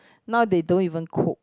now they don't even cook